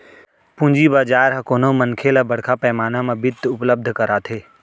पूंजी बजार ह कोनो मनखे ल बड़का पैमाना म बित्त उपलब्ध कराथे